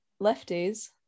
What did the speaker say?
lefties